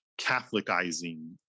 catholicizing